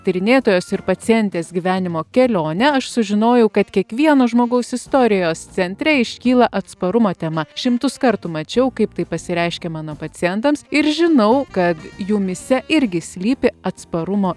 tyrinėtojos ir pacientės gyvenimo kelionę aš sužinojau kad kiekvieno žmogaus istorijos centre iškyla atsparumo tema šimtus kartų mačiau kaip tai pasireiškė mano pacientams ir žinau kad jumyse irgi slypi atsparumo